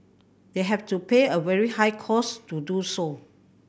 they have to pay a very high cost to do so